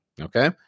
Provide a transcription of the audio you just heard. Okay